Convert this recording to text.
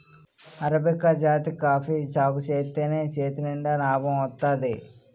arabica జాతి coffee సాగుజేత్తేనే చేతినిండా నాబం వత్తాది